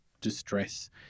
distress